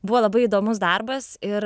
buvo labai įdomus darbas ir